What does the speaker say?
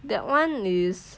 that [one] is